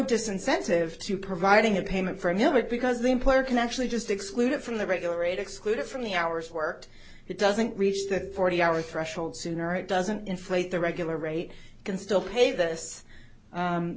disincentive to providing a payment for a minute because the employer can actually just exclude it from the regular rate excluded from the hours worked it doesn't reach that forty hour threshold sooner it doesn't inflate the regular rate you can still pay this